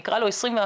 נקרא לו 21,